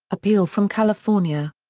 appeal from california.